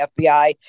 FBI